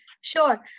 sure